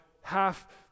half